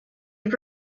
you